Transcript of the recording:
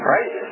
Right